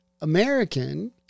American